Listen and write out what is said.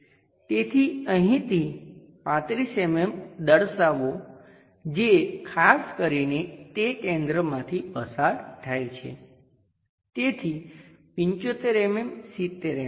તેથી અહીંથી 35 mm દર્શાવો જે ખાસ કરીને તે કેન્દ્રમાંથી પસાર થાય છે તેથી 75 mm 70 mm